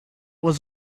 was